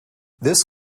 this